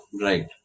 Right